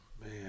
man